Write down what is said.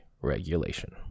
regulation